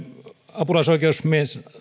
apulaisoikeusasiamies